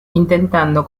intentando